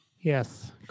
Yes